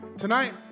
Tonight